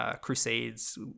Crusades